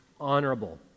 honorable